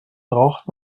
braucht